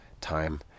time